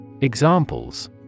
Examples